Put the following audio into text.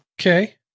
okay